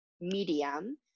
medium